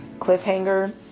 cliffhanger